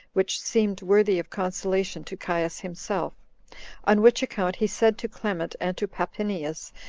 which seemed worthy of consolation to caius himself on which account he said to clement and to papinius,